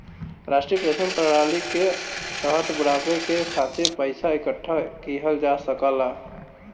राष्ट्रीय पेंशन प्रणाली के तहत बुढ़ापे के खातिर पइसा इकठ्ठा किहल जा सकला